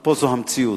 פה זאת המציאות.